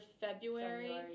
February